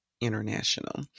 international